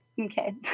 Okay